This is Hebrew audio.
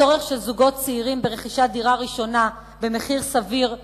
הצורך של זוגות צעירים ברכישת דירה ראשונה במחיר סביר,